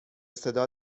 صدا